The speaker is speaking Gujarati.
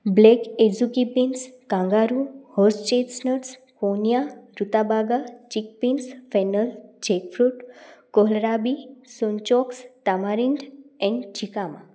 black azuki beets kangaroo horse chestnuts ponia rutabaga chickpeas fennel jackfruit kohlrabi sunchokes tamarind and jicama